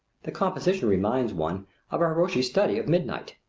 the composition reminds one of a hiroshige study of midnight.